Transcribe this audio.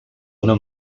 una